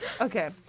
okay